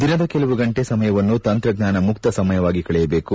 ದಿನದ ಕೆಲವು ಗಂಟೆ ಸಮಯವನ್ನು ತಂತ್ರಜ್ಞಾನ ಮುಕ್ತ ಸಮಯವಾಗಿ ಕಳೆಯಬೇಕು